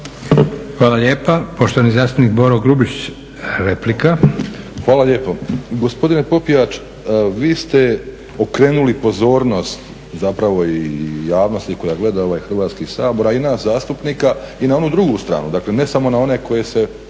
Hvala lijepa. Poštovani zastupnik Boro Grubišić, replika. **Grubišić, Boro (HDSSB)** Hvala lijepo. Gospodine Popijač, vi ste okrenuli pozornost zapravo i javnosti koja gleda ovaj Hrvatski sabor a i nas zastupnika i na onu drugu stranu, dakle ne samo na one koje se